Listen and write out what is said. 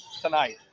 tonight